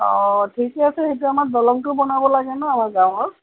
অঁ ঠিকে আছে সেইটো আমাৰ দলংটো বনাব লাগে ন আমাৰ গাঁৱৰ